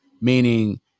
Meaning